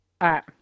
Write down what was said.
Right